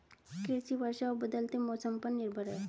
कृषि वर्षा और बदलते मौसम पर निर्भर है